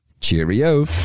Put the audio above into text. Cheerio